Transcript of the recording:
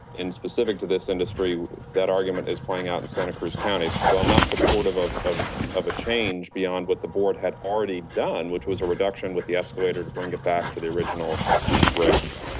in specific to this industry, that argument is playing out in santa cruz county. so i'm not supportive of of a change beyond what the board had already done, which was a reduction with the escalator to bring it back to the original rates.